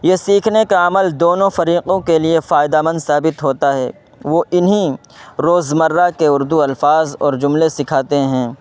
یہ سیکھنے کا عمل دونوں فریقوں کے لیے فائدہ مند ثابت ہوتا ہے وہ انہی روزمرہ کے اردو الفاظ اور جملے سکھاتے ہیں